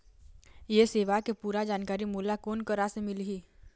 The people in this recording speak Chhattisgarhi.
ये सेवा के पूरा जानकारी मोला कोन करा से मिलही?